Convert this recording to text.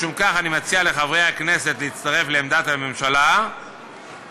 משום כך אני מציע לחברי הכנסת להצטרף לעמדת הממשלה ולהתנגד